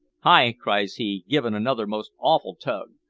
hi! cries he, givin' another most awful tug.